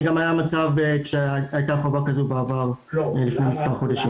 זה גם היה המצב כשהייתה חובה כזאת לפני מספר חודשים.